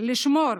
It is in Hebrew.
לשמור